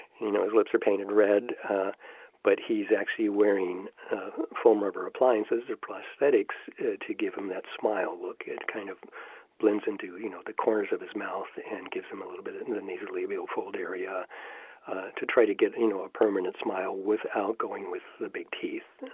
you know his lips are painted red but he's actually wearing foam rubber appliances or prosthetics to give him that smile. look it kind of blends into you know the corners of his mouth and gives him a little bit. and then these are labial fold area to try to get you know a permanent smile without going with the big teeth.